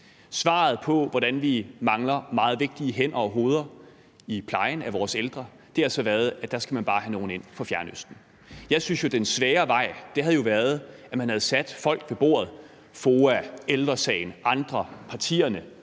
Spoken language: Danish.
det, at vi mangler meget vigtige hænder og hoveder i plejen af vores ældre, har altså været, at man bare skal have nogle ind fra Fjernøsten. Jeg synes, at den svære vej jo havde været, at man havde sat sig med nogle folk ved bordet – FOA, Ældre Sagen og andre samt partierne